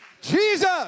Jesus